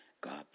God